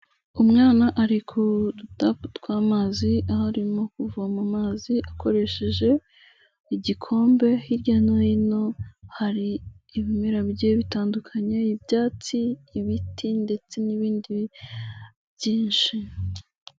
Umwana ari ku dutapu tw'amazi aho arimo kuvoma amazi akoresheje igikombe, hirya no hino hari ibimera bigiye bitandukanye, ibyatsi, ibiti, ndetse n'ibindi byinshi.